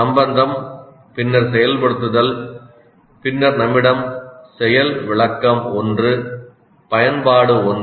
சம்பந்தம் பின்னர் செயல்படுத்துதல் பின்னர் நம்மிடம் செயல் விளக்கம் 1 பயன்பாடு 1